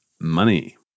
Money